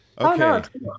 Okay